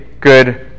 good